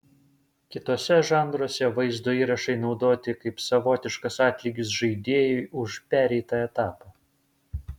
kituose žanruose vaizdo įrašai naudoti kaip savotiškas atlygis žaidėjui už pereitą etapą